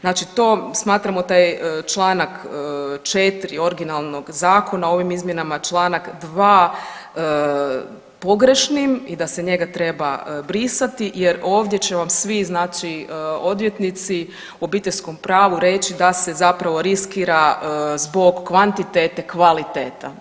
Znači to smatramo taj čl. 4. originalnog zakona, ovim izmjenama čl. 2. pogrešnim i da se njega treba brisati jer ovdje će vam svi znači odvjetnici u obiteljskom pravu reći da se zapravo riskira zbog kvantitete kvaliteta.